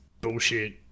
bullshit